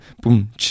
boom